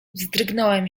wzdrygnąłem